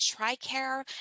TRICARE